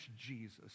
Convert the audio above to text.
Jesus